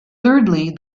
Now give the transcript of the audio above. thirdly